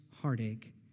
heartache